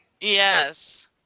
yes